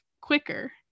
quicker